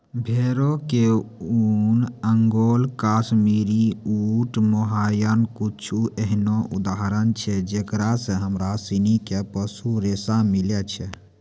भेड़ो के ऊन, अंगोला, काश्मीरी, ऊंट, मोहायर कुछु एहनो उदाहरण छै जेकरा से हमरा सिनी के पशु रेशा मिलै छै